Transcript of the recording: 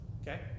Okay